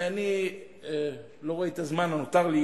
ואני לא רואה את הזמן הנותר לי.